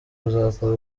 kuzakora